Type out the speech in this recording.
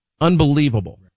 unbelievable